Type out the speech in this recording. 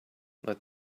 let